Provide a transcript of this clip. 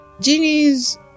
Genies